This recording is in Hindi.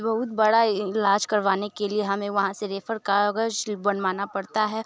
बहुत बड़ा इलाज करवाने के लिए हमें वहाँ से रेफर काग़ज़ बनवाना पड़ता है